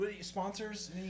sponsors